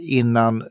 innan